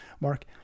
Mark